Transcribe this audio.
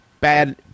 Bad